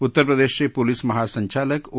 उत्तर प्रदेशचे पोलीस महासंचालक ओ